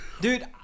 Dude